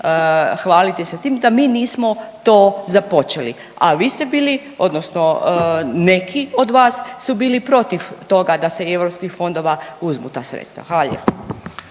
hvaliti se tim da mi nismo to započeli, a vi ste bili odnosno neki od vas su bili protiv toga da se iz europskih fondova uzmu ta sredstva. Hvala